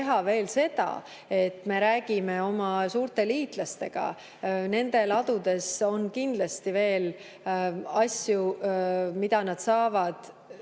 teha veel seda, et räägime oma suurte liitlastega. Nende ladudes on kindlasti veel asju, mida nad saavad